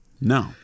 No